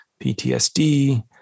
PTSD